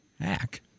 Hack